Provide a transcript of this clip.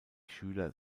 schüler